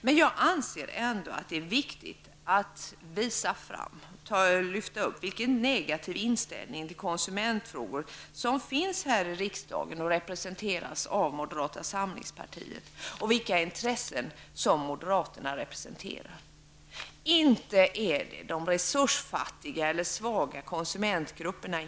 Men jag anser ändå att det är viktigt att visa fram vilken negativ inställning till konsumentfrågor som finns här i riksdagen, representerad av moderata samlingspartiet, och vilka intressen som moderaterna representerar. Inte är det de resursfattiga eller svaga konsumentgrupperna.